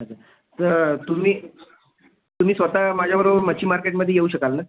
अच्छा तर तुम्ही तुम्ही स्वत माझ्याबरोबर मच्छी मार्केटमध्ये येऊ शकाल ना